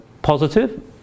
Positive